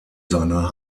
seiner